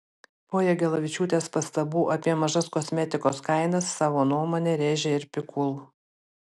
po jagelavičiūtės pastabų apie mažas kosmetikos kainas savo nuomonę rėžė ir pikul